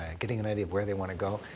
and getting an idea of where they want to go.